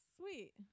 Sweet